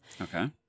Okay